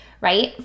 right